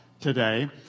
today